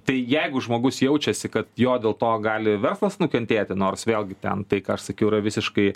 tai jeigu žmogus jaučiasi kad jo dėl to gali verslas nukentėti nors vėlgi ten tai ką aš sakiau yra visiškai